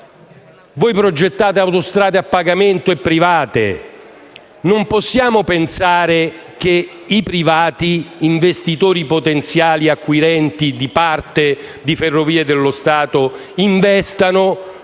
Voi progettate autostrade a pagamento e private: non possiamo pensare che i privati, investitori potenziali acquirenti di parte di Ferrovie dello Stato, investano